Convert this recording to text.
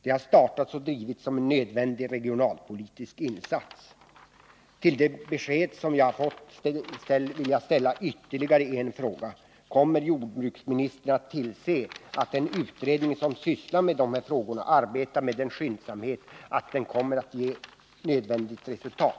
De har startats och drivits som en nödvändig regionalpolitisk insats. Efter det besked som jag nu har fått vill jag ställa ytterligare en fråga: Kommer jordbruksministern att tillse att den utredning som sysslar med de här frågorna arbetar med sådan skyndsamhet att den snabbt kommer att ge nödvändigt resultat?